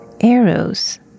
arrows